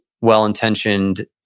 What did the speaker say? well-intentioned